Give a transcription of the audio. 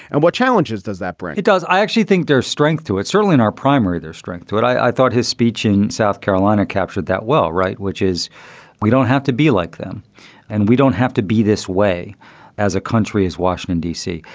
and what challenges does that bring? it does. i actually think there's strength to it certainly in our primary, their strength. what i thought his speech in south carolina captured that well. right. which is we don't have to be like them and we don't have to be this way as a country, as washington, d c.